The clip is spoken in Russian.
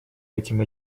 этим